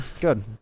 Good